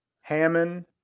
Hammond